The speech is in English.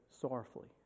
sorrowfully